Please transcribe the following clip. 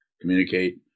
communicate